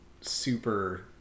super